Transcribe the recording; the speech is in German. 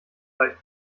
leicht